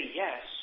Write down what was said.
yes